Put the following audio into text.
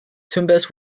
tumbes